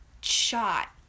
shot